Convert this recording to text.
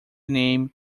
name